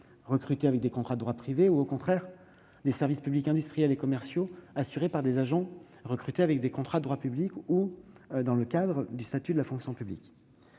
recrutés avec des contrats de droit privé ou, au contraire, des services publics industriels et commerciaux assurés par des agents recrutés avec des contrats de droit public ou dans le cadre du statut de la fonction publique.